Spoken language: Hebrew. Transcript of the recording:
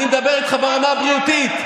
אני מדבר איתך ברמה הבריאותית.